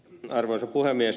arvoisa puhemies